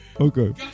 Okay